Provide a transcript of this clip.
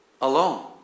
alone